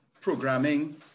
programming